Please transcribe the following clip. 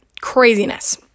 Craziness